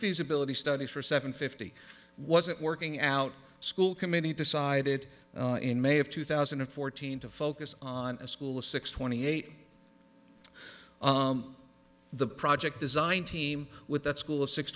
feasibility studies for seven fifty was it working out school committee decided in may of two thousand and fourteen to focus on a school of six twenty eight the project design team with that school of six